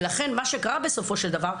ולכן מה שקרה בסופו של דבר,